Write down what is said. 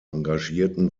engagierten